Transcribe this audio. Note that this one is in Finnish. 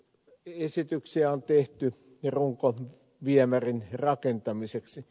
budjettiesityksiä on tehty runkoviemärin rakentamiseksi